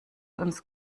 uns